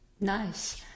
Nice